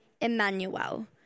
Emmanuel